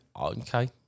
okay